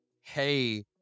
hey